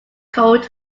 cold